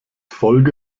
folge